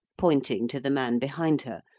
pointing to the man behind her,